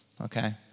okay